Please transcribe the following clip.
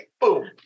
Boom